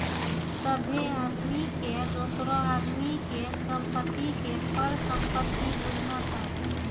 सभ्भे आदमी के दोसरो आदमी के संपत्ति के परसंपत्ति बुझना चाही